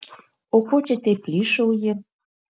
o ko čia taip plyšauji